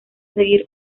seguir